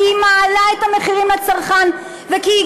כי היא מעלה את המחירים לצרכן, זו הצעת חוק שלכם.